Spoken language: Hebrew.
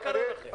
מה קרה לכם?